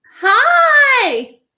Hi